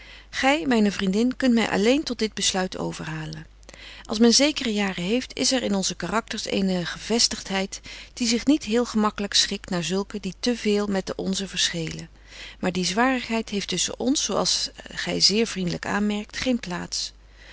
gy myne vriendin kunt my alléén tot dit besluit overhalen als men zekere jaren heeft is er in onze karakters eene gevestigtheid die zich niet heel gemaklyk schikt naar zulken die te véél met de onze verschelen maar die zwarigheid heeft tusschen ons zo als gy zeer vriendlyk aanmerkt geen plaats